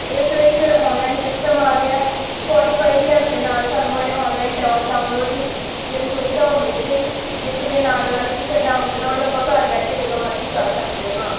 ਇਸ ਲਈ ਫਿਰ ਔਨਲਾਈਨ ਸਿਸਟਮ ਆ ਗਿਆ ਸਪੋਟੀਫਾਈ ਦੀ ਹੈਲਪ ਦੇ ਨਾਲ ਸਾਨੂੰ ਇਹ ਔਨਲਾਈਨ ਡਾਊਨ ਡਾਊਨਲੋਡ ਦੀ ਜਿਹੜੀ ਸੁਵਿਧਾ ਉਹ ਮਿਲ ਗਈ ਜਿਸ ਦੇ ਨਾਲ ਨਾਲ ਕਿਸੇ ਡਾਊਨਲੋਡ ਆਪਾਂ ਘਰ ਬੈਠੇ ਜਦੋਂ ਮਰਜੀ ਕਰ ਸਕਦੇ ਹਾਂ